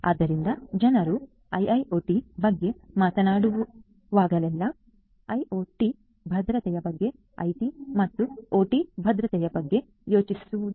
ಆದ್ದರಿಂದ ಜನರು ಐಐಒಟಿ ಬಗ್ಗೆ ಮಾತನಾಡುವಾಗಲೆಲ್ಲಾ ಅವರು ಐಒಟಿ ಭದ್ರತೆಯ ಬಗ್ಗೆ ಐಟಿ ಮತ್ತು ಒಟಿ ಭದ್ರತೆಯ ಬಗ್ಗೆ ಯೋಚಿಸುವುದಿಲ್ಲ